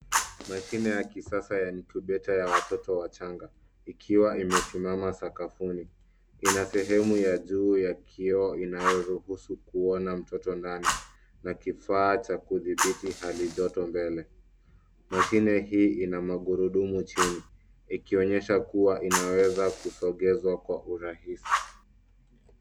Mashine ya kisasa ya incubator ya watoto wachanga ikiwa imesimama sakafuni. Ina sehemu ya juu ya kioo inayoruhusu kuona mtoto ndani na kifaa ya kidhibiti hali joto mbele. Mashine hii ina magurudumu chini ikionyesha kuwa inaweza kusongezwa kwa urahisi.